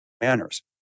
manners